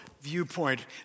viewpoint